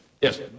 Yes